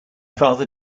father